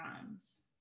times